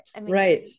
right